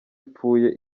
ipfuye